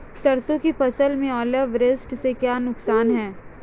सरसों की फसल में ओलावृष्टि से क्या नुकसान है?